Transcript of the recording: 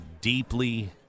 deeply